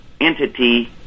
entity